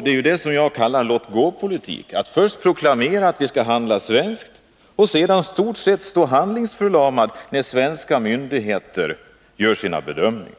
Det är detta som jag kallar låt-gå-politik: att först proklamera att vi skall köpa svenskt och sedan i stort sett stå handlingsförlamad, när svenska myndigheter gör sina bedömningar.